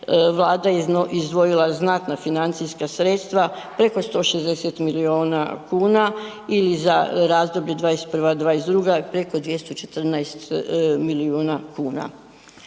Vlada je izdvojila znatna financijska sredstva preko 160 miliona kuna i za razdoblje '21., '22. preko 214 milijuna kuna.